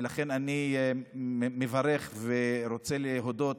ולכן אני מברך ורוצה להודות